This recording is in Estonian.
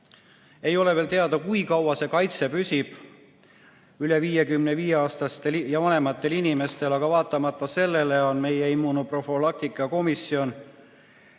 Ei ole veel teada, kui kaua see kaitse püsib üle 55-aastastel ja vanematel inimestel, aga vaatamata sellele on meie immunoprofülaktika komisjon